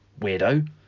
weirdo